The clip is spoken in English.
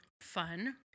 Fun